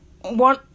One